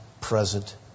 present